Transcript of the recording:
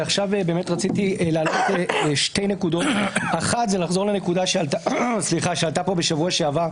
רציתי להעלות שתי נקודות: האחת זה לחזור לנקודה שעלתה פה בשבוע שעבר,